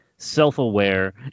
self-aware